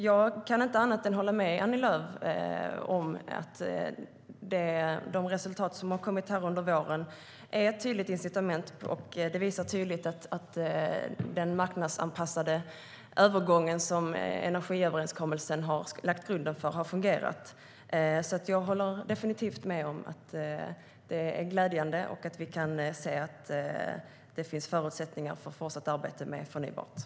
Jag kan inte annat än hålla med Annie Lööf om att de resultat som har kommit fram under våren är ett tydligt incitament. De visar tydligt att den marknadsanpassade övergången som energiöverenskommelsen har lagt grunden för har fungerat. Jag håller definitivt med om att det är glädjande att det finns förutsättningar för fortsatt arbete med förnybar energi.